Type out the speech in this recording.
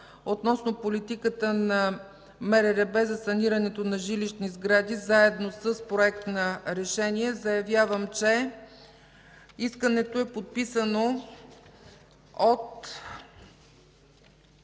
относно политиката на МРРБ за санирането на жилищни сгради, заедно с Проект на решение заявявам, че искането е подписано от